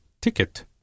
ticket